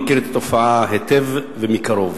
אני מכיר את התופעה היטב ומקרוב.